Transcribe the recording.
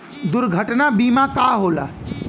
दुर्घटना बीमा का होला?